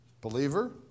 Believer